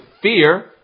fear